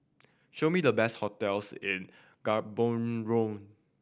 show me the best hotels in Gaborone